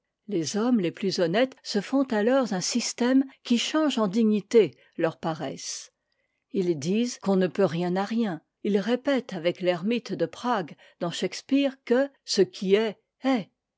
les hommes les plus honnêtes se font alors un système qui change en dignité leur paresse ils disent qu'on ne peut rien à rien ils répètent avec l'ermite de prague dans shakspeare que ce qui est est